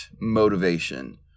motivation